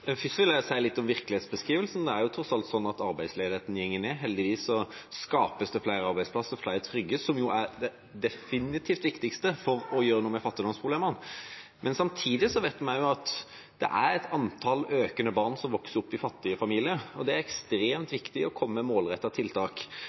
Først vil jeg si litt om virkelighetsbeskrivelsen: Det er tross alt slik at arbeidsledigheten går ned, heldigvis, og det skapes flere trygge arbeidsplasser, som er det definitivt viktigste for å gjøre noe med fattigdomsproblemene. Samtidig vet vi at det er et økende antall barn som vokser opp i fattige familier, og det er ekstremt